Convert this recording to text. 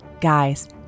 Guys